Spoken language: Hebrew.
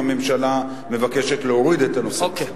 הממשלה מבקשת להוריד את הנושא מסדר-היום.